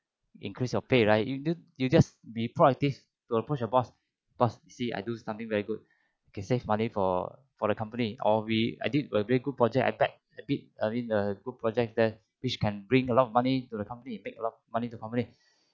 increase your pay right you didn't you just be proactive to approach your boss boss you see I do something very good can save money for for the company or we I did a very big project I back a bit I mean the project which can bring a lot of money to the company and make a lot of money to the company